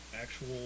actual